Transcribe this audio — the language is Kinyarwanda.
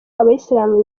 abayisilamu